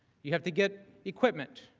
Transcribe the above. you have to get equipment.